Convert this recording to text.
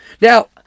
Now